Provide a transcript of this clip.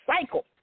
cycle